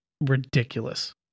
ridiculous